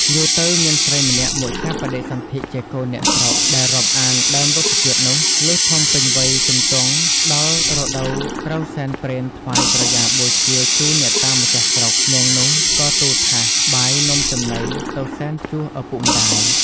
យូរទៅមានស្រីម្នាក់មកចាប់បដិសន្ធិជាកូនអ្នកស្រុក ដែលរាប់អានដើម រុក្ខជាតិនោះ លុះធំពេញវ័យជំទង់ដល់រដូវត្រូវសែនព្រេនថ្វាយក្រយ៉ាបូជាជូនអ្នកតាម្ចាស់ស្រុក នាងនោះក៏ទូលថាស បាយនំចំណីទៅសែនជួសឪពុកម្ដាយ ។